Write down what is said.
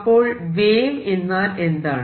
അപ്പോൾ വേവ് എന്നാൽ എന്താണ്